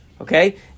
Okay